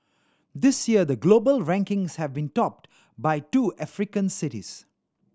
this year the global rankings have been topped by two African cities